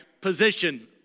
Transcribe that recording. position